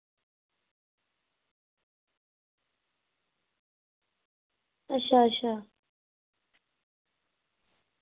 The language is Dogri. अच्छा अच्छा